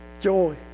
joy